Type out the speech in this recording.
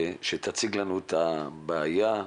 שתציג לנו את הבעיה,